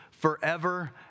forever